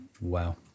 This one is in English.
Wow